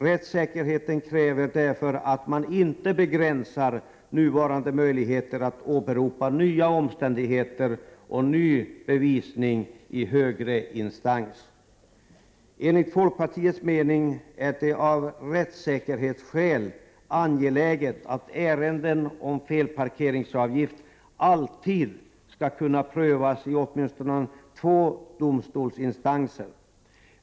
Rättssäkerheten kräver därför att man inte begränsar nuvarande möjligheter att åberopa nya omständigheter och ny bevisning i högre instanser. Enligt folkpartiets mening är det av rättssäkerhetsskäl angeläget att ärenden om felparkeringsavgift alltid skall kunna prövas i åtminstone två domstolsinstanser.